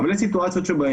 אבל יש סיטואציות שבהן,